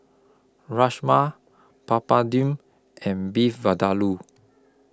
Rajma Papadum and Beef Vindaloo